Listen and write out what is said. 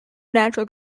natural